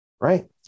right